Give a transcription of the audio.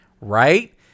right